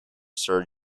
sir